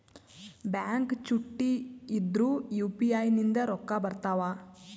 Bank ಚುಟ್ಟಿ ಇದ್ರೂ UPI ನಿಂದ ರೊಕ್ಕ ಬರ್ತಾವಾ?